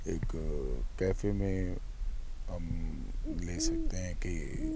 ایک کیفے میں لے سکتے ہیں کہ